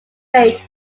rate